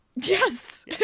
yes